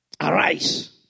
Arise